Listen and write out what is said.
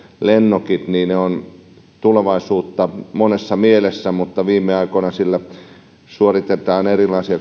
lennokit ovat tulevaisuutta monessa mielessä mutta viime aikoina niillä on suoritettu erilaisia